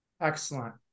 excellent